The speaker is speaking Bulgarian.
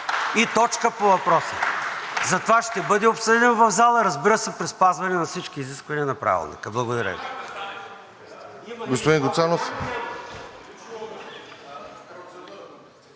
Точка по въпроса. Затова ще бъде обсъден в залата, разбира се, при спазване на всички изисквания на Правилника. Благодаря